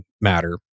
matter